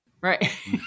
Right